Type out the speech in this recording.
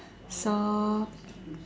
so